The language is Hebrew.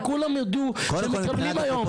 וכולם ידעו שמקבלים היום,